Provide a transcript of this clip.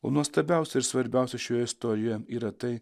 o nuostabiausia ir svarbiausia šioje istorijoje yra tai